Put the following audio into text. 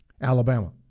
Alabama